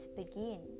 begin